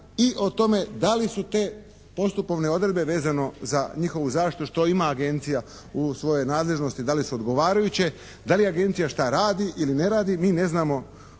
i o tome da li su te postupovne odredbe vezano za njihovu zaštitu što ima agencija u svojoj nadležnosti, da li su odgovarajuće, da li agencija šta radi ili ne radi, mi ne znamo